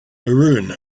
maroon